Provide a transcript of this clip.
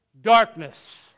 darkness